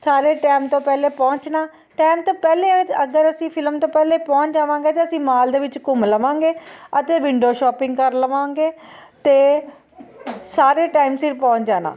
ਸਾਰੇ ਟਾਈਮ ਤੋਂ ਪਹਿਲੇ ਪਹੁੰਚਣਾ ਟਾਈਮ ਤੋਂ ਪਹਿਲੇ ਚ ਅਗਰ ਅਸੀਂ ਫਿਲਮ ਤੋਂ ਪਹਿਲੇ ਪਹੁੰਚ ਜਾਵਾਂਗੇ ਤਾਂ ਅਸੀਂ ਮਾਲ ਦੇ ਵਿੱਚ ਘੁੰਮ ਲਵਾਂਗੇ ਅਤੇ ਵਿੰਡੋ ਸ਼ੋਪਿੰਗ ਕਰ ਲਵਾਂਗੇ ਅਤੇ ਸਾਰੇ ਟਾਈਮ ਸਿਰ ਪਹੁੰਚ ਜਾਣਾ